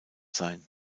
sein